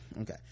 okay